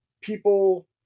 people